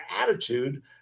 attitude